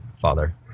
Father